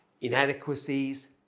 inadequacies